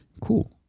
Cool